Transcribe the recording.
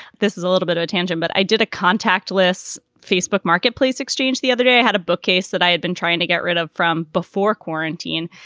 this is a little bit of a tangent, but i did a contact lists facebook marketplace exchange the other day, i had a bookcase that i had been trying to get rid of from before quarantine.